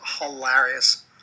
hilarious